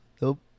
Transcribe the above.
Nope